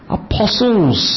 apostles